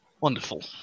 Wonderful